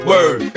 Word